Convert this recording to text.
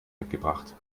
mitgebracht